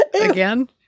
Again